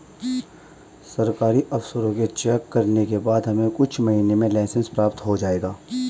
सरकारी अफसरों के चेक करने के बाद हमें कुछ महीनों में लाइसेंस प्राप्त हो जाएगा